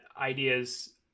ideas